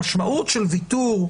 המשמעות של ויתור,